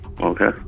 Okay